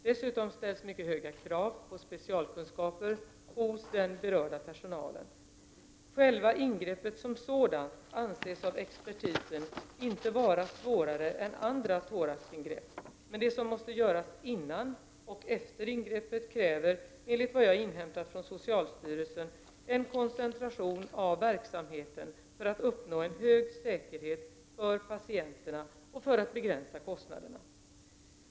Dessutom ställs det mycket höga krav på specialkunskaper hos den berörda personalen. Själva ingreppet som sådant anses av expertisen inte vara svårare än andra thoraxingrepp. Men det som måste göras innan och efter ingreppet kräver enligt vad jag inhämtat från socialstyrelsen en koncentration av verksamheten för att uppnå en hög säkerhet för patienterna och för att begränsa kostnaderna.